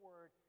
word